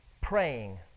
praying